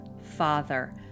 father